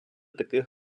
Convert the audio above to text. таких